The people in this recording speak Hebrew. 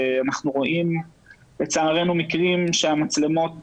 אנחנו רואים לצערנו מקרים שהמצלמות